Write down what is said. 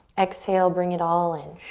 exhale, bring it all in.